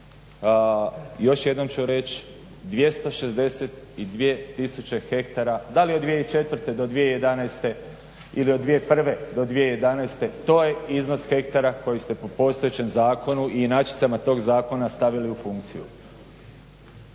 još jednom ću reći 262 tisuće hektara da li je 2004. do 2011. ili od 2001. do 2011. to je iznos hektara koji ste po postojećem zakonu i inačicama tog zakona stavili u funkciju,